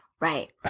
Right